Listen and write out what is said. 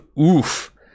Oof